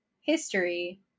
History